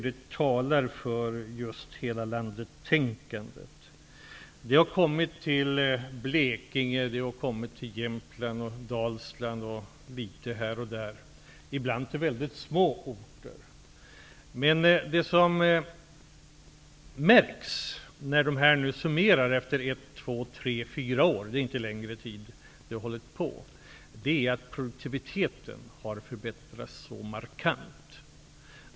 Det talar för helalandettänkandet. De har bildats i Blekinge, Jämtland, Dalsland och litet här och där, och ibland i mycket små orter. Det som märks när dessa nu summerar sin verksamhet efter 1--4 år, de har inte hållit längre tid, är att produktiviteten har förbättrats markant.